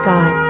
God